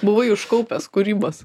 buvai užkaupęs kūrybos